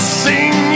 sing